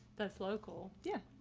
that's local. yeah.